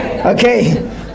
Okay